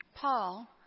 Paul